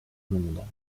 londres